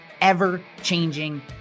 ever-changing